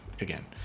again